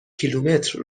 کیلومتر